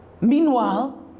Meanwhile